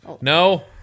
No